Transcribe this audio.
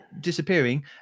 disappearing